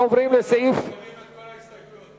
אנחנו מורידים את ההסתייגויות.